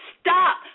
stop